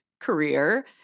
career